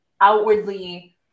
outwardly